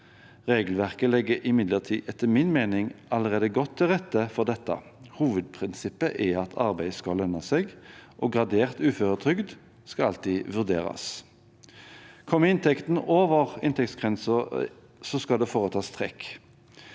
Regelverket legger imidlertid etter min mening allerede godt til rette for dette. Hovedprinsippet er at arbeid skal lønne seg, og gradert uføretrygd skal alltid vurderes. Kommer inntekten over inntektsgrensen, skal det foretas trekk.